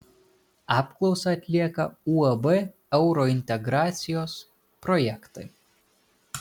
apklausą atlieka uab eurointegracijos projektai